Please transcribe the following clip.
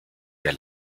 der